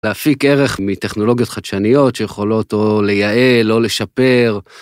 להפיק ערך מטכנולוגיות חדשניות שיכולות או ליעל או לשפר.